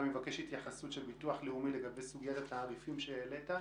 בהמשך אני אבקש את ההתייחסות של הביטוח הלאומי לסוגיית התעריפים שהעלית.